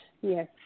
yes